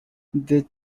they